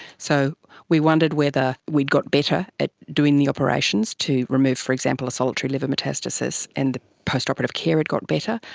so we wondered whether we had got better at doing the operations to remove, for example, a solitary liver metastasis, and the post-operative care had got better,